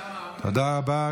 תודה רבה.